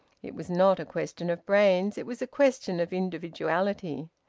it was not a question of brains it was a question of individuality.